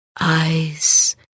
eyes